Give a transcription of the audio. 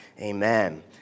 Amen